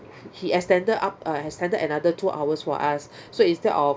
he extended up uh extended another two hours for us so instead of